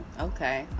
okay